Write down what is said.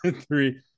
three